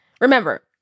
Remember